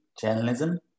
journalism